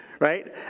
right